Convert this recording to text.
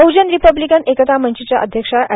बहजन Republican Ekta मंचच्या अध्यक्षा and